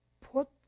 put